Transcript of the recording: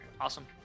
Awesome